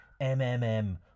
MMM